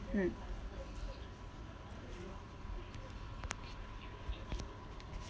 mm